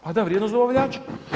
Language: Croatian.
Pada vrijednost dobavljača.